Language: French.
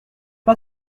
pas